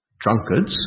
Drunkards